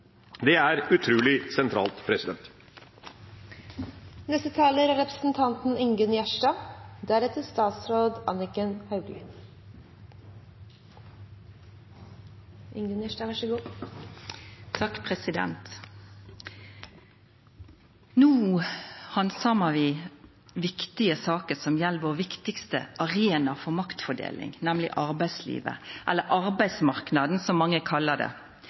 Det er utrolig sentralt. No handsamar vi viktige saker som gjeld vår viktigaste arena for maktfordeling, nemleg arbeidslivet – eller arbeidsmarknaden, som mange kallar det